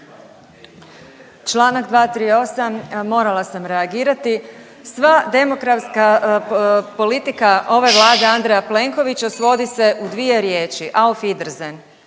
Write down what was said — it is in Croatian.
Čl. 238, morala sam reagirati, sva demografska politika ove vlade Andreja Plenkovića svodi se u dvije riječi, auf Wiedersehen.